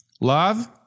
Love